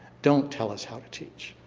don't tell us how to teach.